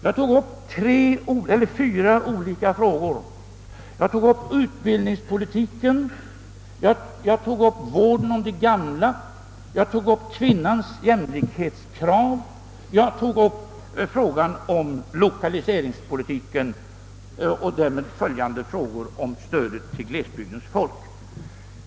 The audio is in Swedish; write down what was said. Jag tog upp fyra olika frågor: utbildningspolitiken, vården om de gamla, kvinnans jämlikhetskrav, lokaliseringspolitiken och därmed följande frågor om stöd till glesbygdens folk.